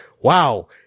wow